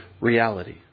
reality